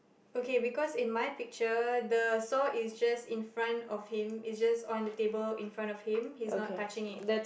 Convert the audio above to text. okay because in my picture the saw is just infront of him it's just on the table he's not touching it